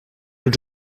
els